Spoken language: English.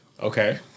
okay